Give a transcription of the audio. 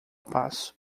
passo